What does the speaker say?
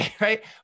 Right